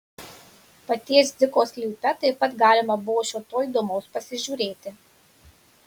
paties dziko sklype taip pat galima buvo šio to įdomaus pasižiūrėti